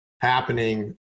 happening